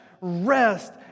rest